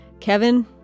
Kevin